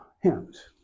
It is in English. hymns